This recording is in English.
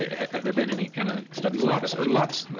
ah have there been any kind of studies? lots and lots.